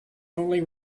only